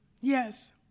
yes